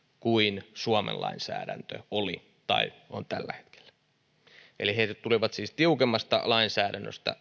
kuin suomen lainsäädäntö oli tai on tällä hetkellä eli he tulivat siis tiukemmasta lainsäädännöstä